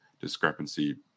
discrepancy